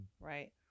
Right